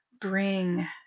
bring